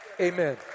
Amen